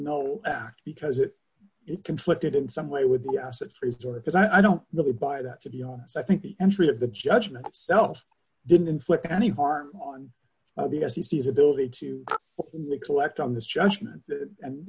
know because it conflicted in some way with the acid free story because i don't really buy that to be honest i think the entry of the judgement self didn't inflict any harm on the f c c is ability to collect on this judgement and